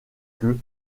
queue